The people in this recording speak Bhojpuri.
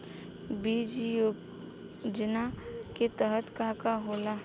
बीज योजना के तहत का का होला?